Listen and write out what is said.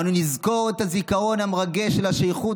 אנו נזכור את הזיכרון המרגש של השליחות